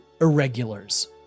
Irregulars